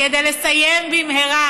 כדי לסיים במהרה